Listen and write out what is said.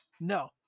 no